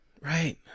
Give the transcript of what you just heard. Right